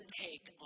take